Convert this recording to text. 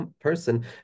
person